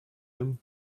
him